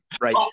right